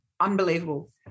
unbelievable